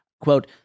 quote